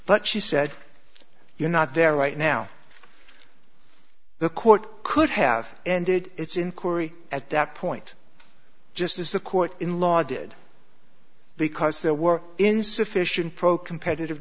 but she said you're not there right now the court could have ended its inquiry at that point just as the court in law did because there were insufficient pro competitive